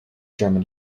german